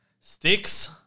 Sticks